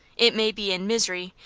it may be in misery,